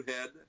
head